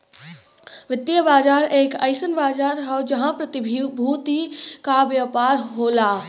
वित्तीय बाजार एक अइसन बाजार हौ जहां प्रतिभूति क व्यापार होला